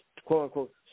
quote-unquote